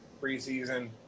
preseason